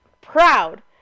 proud